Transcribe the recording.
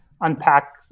unpack